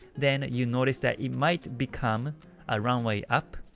then you notice that it might become a runway up,